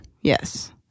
Yes